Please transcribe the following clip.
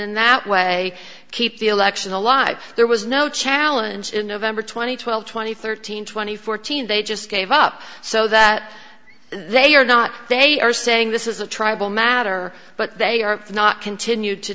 in that way keep the election alive there was no challenge in november two thousand and twelve twenty thirteen twenty fourteen they just gave up so that they are not they are saying this is a tribal matter but they are not continue to